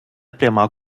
пряма